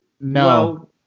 no